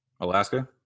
Alaska